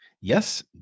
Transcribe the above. Yes